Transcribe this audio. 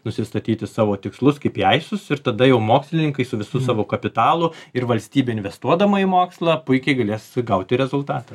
nusistatyti savo tikslus kaip iaisus ir tada jau mokslininkai su visu savo kapitalu ir valstybė investuodama į mokslą puikiai galės gauti rezultatą